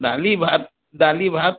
ଡାଲି ଭାତ ଡାଲି ଭାତ